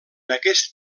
aquest